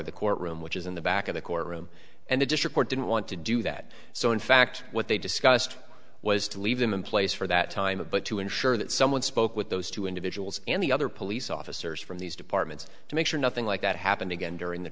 of the court room which is in the back of the courtroom and the district court didn't want to do that so in fact what they discussed was to leave them in place for that time but to ensure that someone spoke with those two individuals and the other police officers from these departments to make sure nothing like that happened again during the